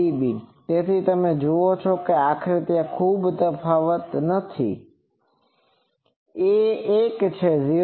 47db તેથી તમે જુઓ કે આખરે ત્યાં ખૂબ તફાવત નથી એક છે 0